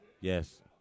yes